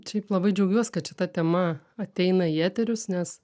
šiaip labai džiaugiuos kad šita tema ateina į eterius nes